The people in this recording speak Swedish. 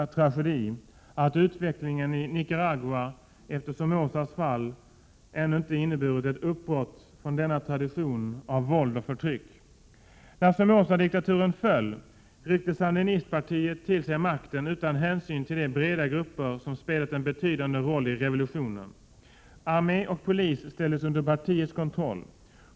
1987/88:129 utvecklingen i Nicaragua efter Somozas fall ännu inte inneburit ett uppbrott från denna tradition av våld och förtryck. När Somozadiktaturen föll ryckte sandinistpartiet till sig makten utan hänsyn till de breda grupper som spelat en betydande roll i revolutionen. Armé och polis ställdes under partiets kontroll.